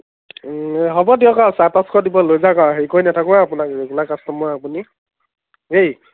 হ'ব দিয়ক আৰু চাৰে পাঁচশ দিব লৈ যাক আৰু হেৰি কৰি নাথাকো আৰু আপোনাক ৰেগুলাৰ কাষ্টমাৰ আপুনি দেই